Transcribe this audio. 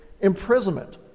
imprisonment